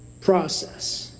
process